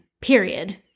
period